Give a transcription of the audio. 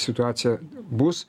situacija bus